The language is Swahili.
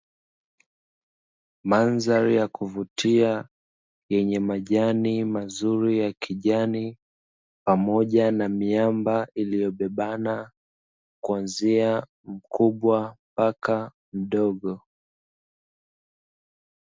Mandhari ya kuvutia yenye majani mazuri ya kuvutia ya kijani pamoja na miamba iliyobebana kuanzia mkubwa mpaka mdogo.